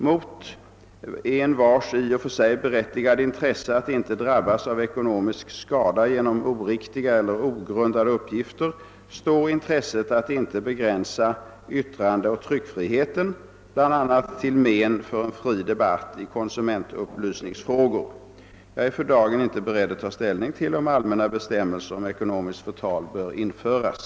Mot envars i och för sig berättigade intresse att inte drabbas av ekonomisk skada genom oriktiga eller ogrundade uppgifter står intresset att inte begränsa yttrandeoch tryckfriheten bl.a. till men för en fri debatt i konsumentupplysningsfrågor. Jag är för dagen inte beredd att ta ställning till om allmänna bestämmelser om ekonomiskt förtal bör införas.